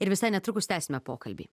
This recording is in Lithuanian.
ir visai netrukus tęsime pokalbį